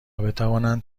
بتوانند